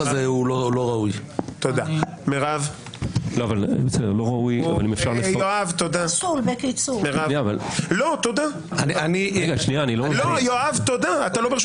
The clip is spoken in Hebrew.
מסיים פרופ' יובל אלבשן --- אתה מוכן לשים